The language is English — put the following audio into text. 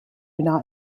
not